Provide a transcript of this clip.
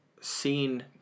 seen